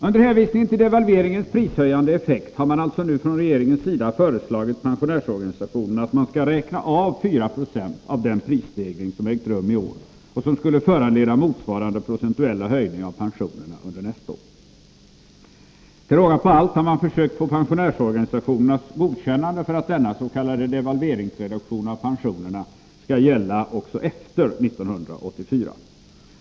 Under hänvisning till devalveringens prishöjande effekt har regeringen nu föreslagit pensionärsorganisationerna att räkna av 4 96 på den prisstegring som ägt rum i år och som skulle föranleda motsvarande procentuella höjning av pensionerna under nästa år. Till råga på allt har man försökt få pensionärsorganisationernas godkännande av att dennas.k. devalveringsreduktion av pensionerna också skall gälla efter 1984.